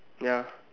ya